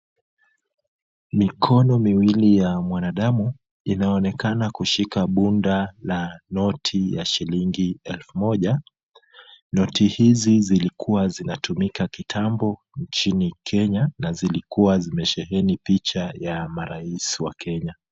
Mikono miwili ya mwanadamu, inaonekana kushika bunda la noti ya shilingi elfu moja. Noti hizi zilikuwa zinatumika kitambo nchini Kenya na zilikuwa zimesheheni picha ya marais wa Kenya.